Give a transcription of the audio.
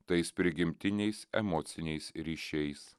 tais prigimtiniais emociniais ryšiais